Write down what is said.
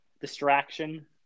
distraction